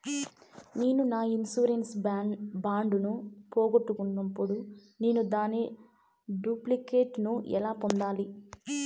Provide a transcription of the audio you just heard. నేను నా insurance bond ను పోగొట్టుకున్నప్పుడు నేను దాని డూప్లికేట్ ను ఎలా పొందాలి?